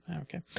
okay